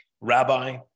Rabbi